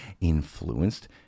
influenced